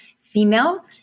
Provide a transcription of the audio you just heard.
female